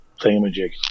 thingamajig